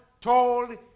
told